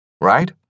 Right